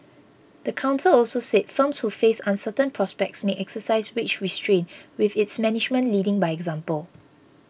the council also said firms who face uncertain prospects may exercise wage restraint with its management leading by example